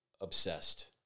obsessed